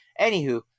anywho